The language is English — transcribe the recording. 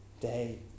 day